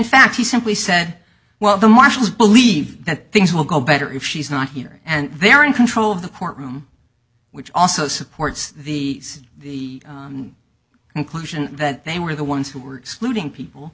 fact she simply said well the marshals believe that things will go better if she's not here and they're in control of the courtroom which also supports the the conclusion that they were the ones who were excluding people